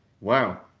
wow